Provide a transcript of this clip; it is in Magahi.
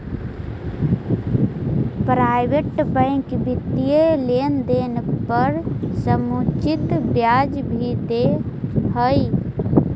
प्राइवेट बैंक वित्तीय लेनदेन पर समुचित ब्याज भी दे हइ